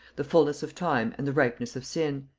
the fullness of time and the ripeness of sin.